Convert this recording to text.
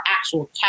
actual